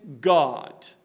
God